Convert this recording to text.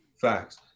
Facts